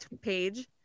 page